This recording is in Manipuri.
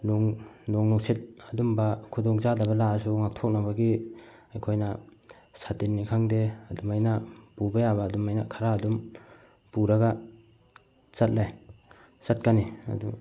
ꯅꯣꯡ ꯅꯣꯡꯅꯨꯡꯁꯤꯠ ꯑꯗꯨꯝꯕ ꯈꯨꯗꯣꯡ ꯆꯥꯗꯕ ꯂꯥꯛꯑꯁꯨ ꯉꯥꯛꯊꯣꯛꯅꯕꯒꯤ ꯑꯩꯈꯣꯏꯅ ꯁꯥꯇꯤꯟꯅꯤ ꯈꯪꯗꯦ ꯑꯗꯨꯃꯥꯏꯅ ꯄꯨꯕ ꯌꯥꯕ ꯑꯗꯨꯃꯥꯏꯅ ꯈꯔ ꯑꯗꯨꯝ ꯄꯨꯔꯒ ꯆꯠꯂꯦ ꯆꯠꯀꯅꯤ ꯑꯗꯨ